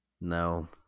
No